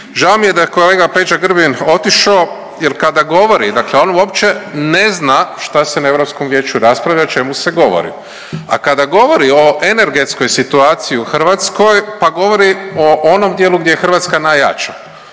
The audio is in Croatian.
Žao mi je da je kolega Peđa Grbin otišao jer kada govori, dakle on uopće ne zna šta se na Europskom vijeću raspravlja, o čemu se govori. A kada govori o energetskoj situaciji u Hrvatskoj pa govori o onom dijelu gdje je Hrvatska najjača,